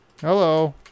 Hello